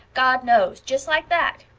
god knows' just like that.